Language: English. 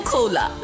Cola